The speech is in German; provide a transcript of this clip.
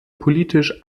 politisch